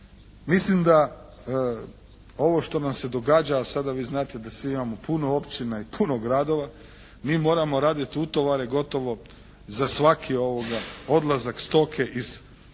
mislim da ovo što nam se događa, a sada vi znate da svi imamo puno općina i puno gradova, mi moramo raditi utovare gotovo za svaki odlazak stoke iz